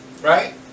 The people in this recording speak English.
right